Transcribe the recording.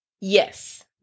Yes